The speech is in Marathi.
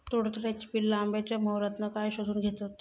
तुडतुड्याची पिल्ला आंब्याच्या मोहरातना काय शोशून घेतत?